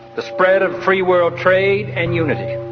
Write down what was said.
the spread of free world trade and unity,